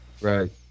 Right